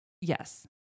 yes